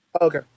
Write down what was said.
Okay